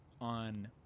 on